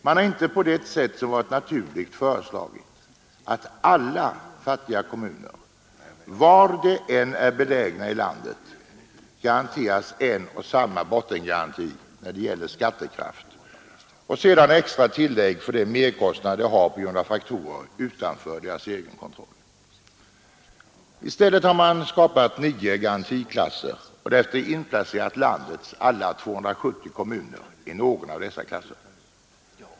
Man har inte på det sätt som varit naturligt föreslagit att alla fattiga kommuner, var de än är belägna i landet, tillförsäkras en och samma bottengaranti när det gäller skattekraft och sedan extra tillägg för de merkostnader de har på grund av faktorer utanför deras egen kontroll. I stället har man skapat 9 garantiklasser och därefter placerat in landets alla 270 kommuner i någon av dessa klasser.